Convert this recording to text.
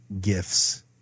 gifts